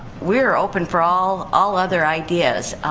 we're open for all all other ideas.